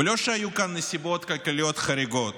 ולא שהיו כאן נסיבות כלכליות חריגות.